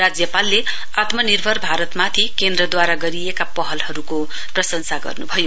राज्यपालले आत्मनिर्भर भारतमाथि केन्द्रद्वारा गरिएका पहलहरुको प्रशंसा गर्नुभयो